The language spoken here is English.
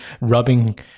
rubbing